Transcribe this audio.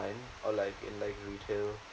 or like in like retail